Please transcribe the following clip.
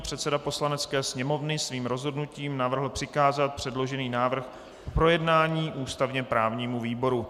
Předseda Poslanecké sněmovny svým rozhodnutím navrhl přikázat předložený návrh k projednání ústavněprávnímu výboru.